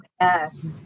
Yes